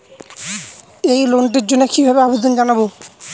এই লোনটির জন্য কিভাবে আবেদন জানাবো?